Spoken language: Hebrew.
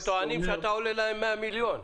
זה אומר --- הם טוענים שאתה עולה להם 100 מיליון.